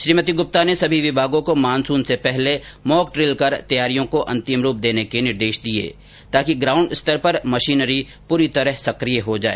श्रीमती गुप्ता ने सभी विभागों को मानसून से पहले मॉक ड्रिल कर तैयारियों को अंतिम रूप देने के निर्देश दिए ताकि ग्राउंड स्तर की मशीनरी पूरी तरह सक्रिय हो जाए